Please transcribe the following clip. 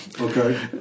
Okay